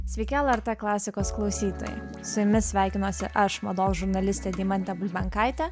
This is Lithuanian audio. sveiki lrt klasikos klausytojai su jumis sveikinuosi aš mados žurnalistė deimantė bulbenkaitė